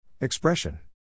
Expression